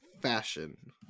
fashion